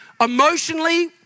Emotionally